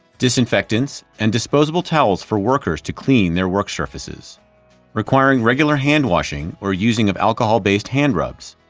disinfectants, and disposable towels for workers to clean their work surfaces requiring regular hand-washing or using of alcohol based hand rubs.